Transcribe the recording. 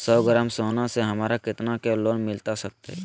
सौ ग्राम सोना से हमरा कितना के लोन मिलता सकतैय?